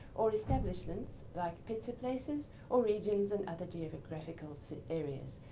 or establishments like pizza places, or regions in other geographical areas.